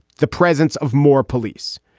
the presence of more police.